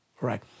Right